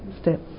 step